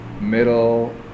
middle